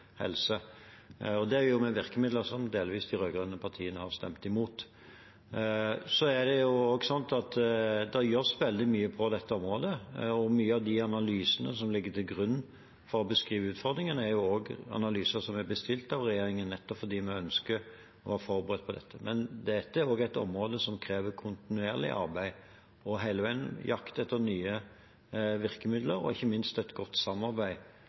helse. Det gjør vi med virkemidler som de rød-grønne partiene delvis har stemt imot. Så er det også sånn at det gjøres veldig mye på dette området. Mange av de analysene som ligger til grunn for å beskrive utfordringene, er analyser som er bestilt av regjeringen, nettopp fordi vi ønsker å være forberedt på dette. Men dette er også et område som krever kontinuerlig arbeid og at man hele veien jakter etter nye virkemidler og ikke minst godt samarbeid